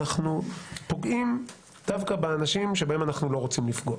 אנחנו פוגעים דווקא באנשים שבהם אנחנו לא רוצים לפגוע.